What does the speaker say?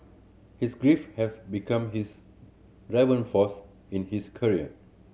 his grief have become his driving force in his career